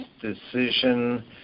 decision